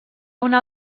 una